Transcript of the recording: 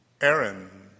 Aaron